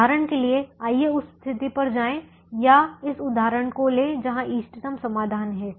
उदाहरण के लिए आइए उस स्थिति पर जाएं या इस उदाहरण को लें जहां इष्टतम समाधान है